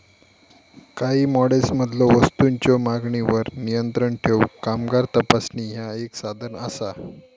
काही मॉडेल्समधलो वस्तूंच्यो मागणीवर नियंत्रण ठेवूक कामगार तपासणी ह्या एक साधन असा